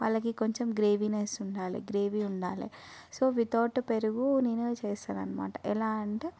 వాళ్ళకు కొంచెం గ్రేవీనెస్ ఉండాలి గ్రేవీ ఉండాలి సో వితౌట్ పెరుగు నేనే చేస్తాను అన్నమాట ఎలా అంటే